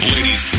Ladies